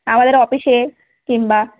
আমাদের অফিসে কিম্বা